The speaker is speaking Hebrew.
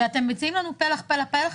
ואתם מציעים לנו פלח, פלח.